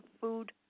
food